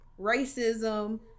racism